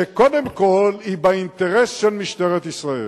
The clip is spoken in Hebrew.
שקודם כול היא באינטרס של משטרת ישראל?